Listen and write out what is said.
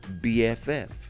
BFF